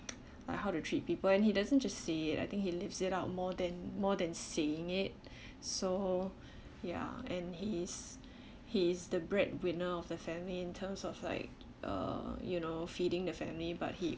like how to treat people and he doesn't just say it I think he lives it out more than more than saying it so ya and he's he's the breadwinner of the family in terms of like uh you know feeding the family but he